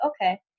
okay